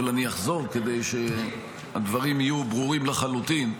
אבל אני אחזור כדי שהדברים יהיו ברורים לחלוטין: